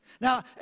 Now